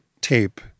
tape